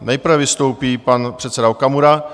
Nejprve vystoupí pan předseda Okamura.